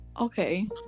okay